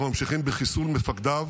אנחנו ממשיכים בחיסול מפקדיו,